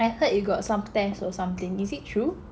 I heard you got some test or something is it true